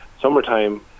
summertime